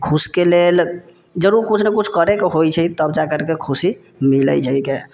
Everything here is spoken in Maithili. तऽ खुशीके लेल जरूर किछु ने किछु करैके होइ छै तब जाकरके खुशी मिलै छैके